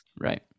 Right